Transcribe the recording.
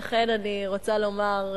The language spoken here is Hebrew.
לכן אני רוצה לומר,